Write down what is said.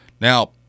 Now